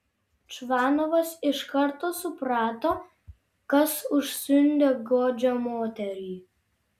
čvanovas iš karto suprato kas užsiundė godžią moterį